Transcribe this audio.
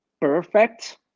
perfect